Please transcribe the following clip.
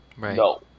No